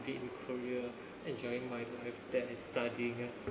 be in korea enjoying my life that is studying ah